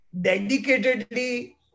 dedicatedly